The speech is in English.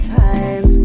time